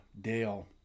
Dale